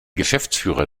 geschäftsführer